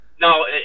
no